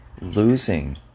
losing